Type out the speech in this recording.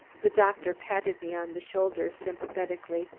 the doctor patted me on the shoulder sympathetically.